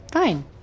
Fine